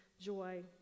joy